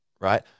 right